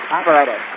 operator